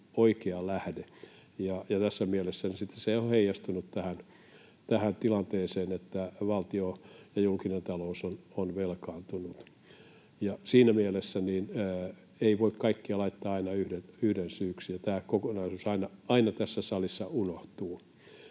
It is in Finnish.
oikea lähde. Tässä mielessä se on sitten heijastunut tähän tilanteeseen, että valtio ja julkinen talous on velkaantunut. Siinä mielessä ei voi kaikkea laittaa aina yhden syyksi, ja tämä kokonaisuus aina tässä salissa unohtuu.